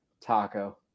Taco